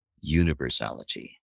universality